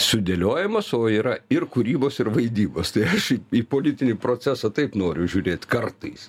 sudėliojimas o yra ir kūrybos ir vaidybos tai aš į į politinį procesą taip noriu žiūrėt kartais